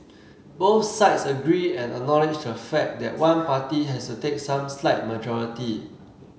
both sides agree and acknowledge the fact that one party has to take some slight majority